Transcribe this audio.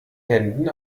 händen